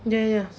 ya ya